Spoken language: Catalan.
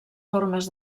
formes